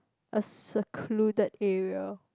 a secluded area